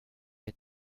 est